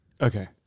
Okay